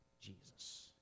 Jesus